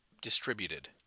distributed